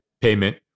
payment